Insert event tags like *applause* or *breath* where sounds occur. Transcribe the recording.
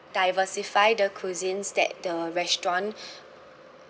diversify the cuisines that the restaurant *breath*